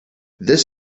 this